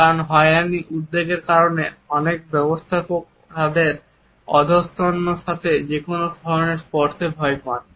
কারণ হয়রানির উদ্বেগের কারণে অনেক ব্যবস্থাপক তাদের অধস্তনদের সাথে যেকোন ধরনের স্পর্শে ভয় পান